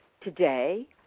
today